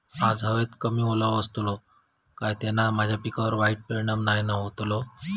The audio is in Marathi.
आज हवेत कमी ओलावो असतलो काय त्याना माझ्या पिकावर वाईट परिणाम नाय ना व्हतलो?